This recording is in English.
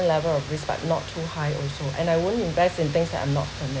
level of risk but not too high also and I won't invest in things that I'm not familiar